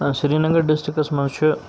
Srinagar districts منٛز چھُ